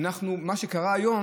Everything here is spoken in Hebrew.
מה שקורה היום,